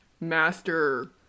master